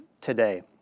today